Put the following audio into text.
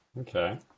Okay